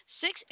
six